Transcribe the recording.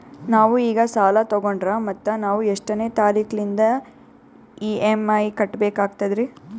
ನಾವು ಈಗ ಸಾಲ ತೊಗೊಂಡ್ರ ಮತ್ತ ನಾವು ಎಷ್ಟನೆ ತಾರೀಖಿಲಿಂದ ಇ.ಎಂ.ಐ ಕಟ್ಬಕಾಗ್ತದ್ರೀ?